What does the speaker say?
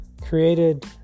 created